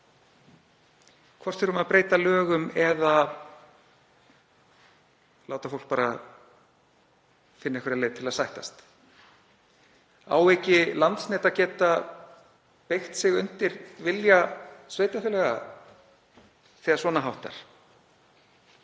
Hvort þurfum við að breyta lögum eða láta fólk bara finna einhverja leið til að sættast? Á ekki Landsnet að geta beygt sig undir vilja sveitarfélaga þegar svona háttar